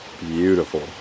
Beautiful